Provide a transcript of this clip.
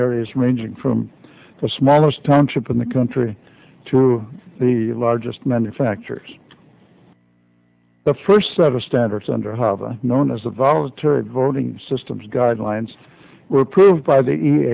areas ranging from the smallest timeship in the country to the largest manufacturers the first set of standards under hava known as the voluntary voting systems guidelines were approved by the